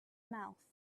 mouth